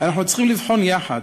אנחנו צריכים לבחון יחד,